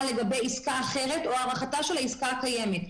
לגבי עסקה אחרת או הארכתה של העסקה הקיימת".